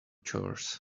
chores